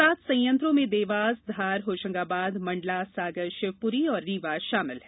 सात संयंत्रों में देवास धार होशंगाबाद मण्डला सागर शिवपुरी और रीवा शामिल हैं